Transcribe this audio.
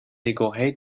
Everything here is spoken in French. décoré